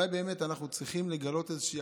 אולי אנחנו באמת צריכים לגלות איזושהי